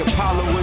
Apollo